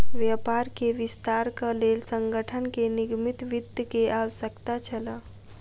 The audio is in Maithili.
व्यापार के विस्तारक लेल संगठन के निगमित वित्त के आवश्यकता छल